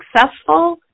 successful